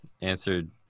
answered